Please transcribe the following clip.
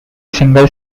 single